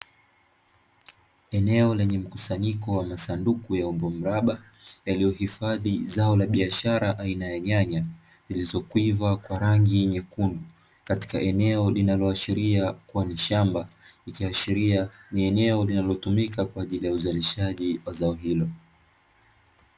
Eneo lenye mkusanyiko wa masanduku ya umbo la mraba, yaliyohifadhi zao la biashara aina ya nyanya, zilizokwiva kwa rangi nyekundu katika eneo linaloashiria kuwa ni shamba, ikiashiria ni eneo linalotumika, kwa ajili ya uzalishaji wa zao hilo.